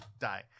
Die